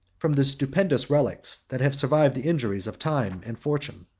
from the stupendous relics that have survived the injuries of time and fortune.